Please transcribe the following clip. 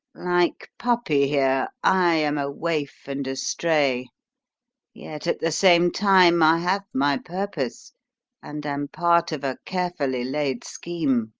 like puppy, here, i am a waif and a stray yet, at the same time, i have my purpose and am part of a carefully-laid scheme.